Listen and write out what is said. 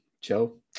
chill